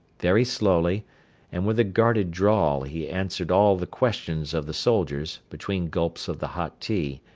very slowly and with a guarded drawl he answered all the questions of the soldiers between gulps of the hot tea,